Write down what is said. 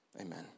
Amen